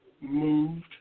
moved